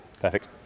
perfect